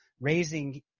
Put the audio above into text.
raising